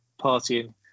partying